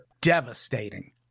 devastating